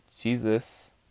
Jesus